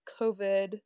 covid